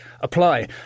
apply